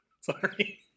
Sorry